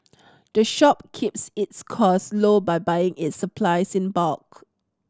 the shop keeps its cost low by buying its supplies in bulk